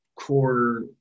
core